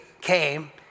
came